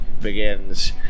begins